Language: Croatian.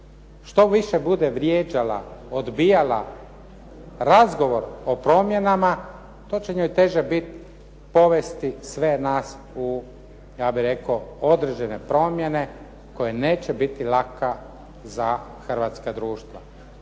Što više bude vrijeđala, odbijala razgovor o promjenama to će njoj teže biti povesti sve nas u ja bih rekao određene promjene koje neće biti laka za hrvatska društva.